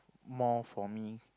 more for me